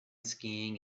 skiing